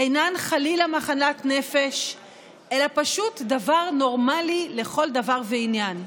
אינן חלילה מחלת נפש אלא פשוט דבר נורמלי לכל דבר ועניין.